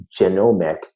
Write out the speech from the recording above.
genomic